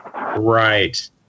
Right